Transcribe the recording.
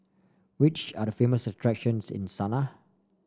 which are the famous attractions in Sanaa